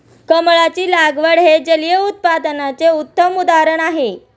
कमळाची लागवड हे जलिय उत्पादनाचे उत्तम उदाहरण आहे